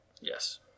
Yes